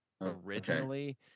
originally